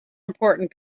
important